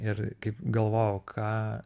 ir kaip galvojau ką